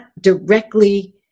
directly